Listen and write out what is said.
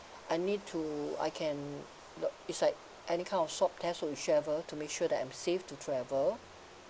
I need to I can uh it's like any kind of swab test when we travel to make sure that I'm safe to travel